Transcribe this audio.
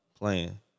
Playing